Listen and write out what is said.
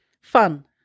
Fun